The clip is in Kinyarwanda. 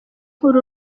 uru